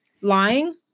lying